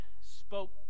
spoke